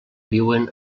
viuen